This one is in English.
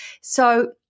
So-